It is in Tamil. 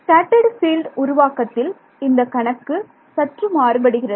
ஸ்கேட்டர்ட் ஃபீல்டு உருவாக்கத்தில் இந்த கணக்கு சற்று மாறுபடுகிறது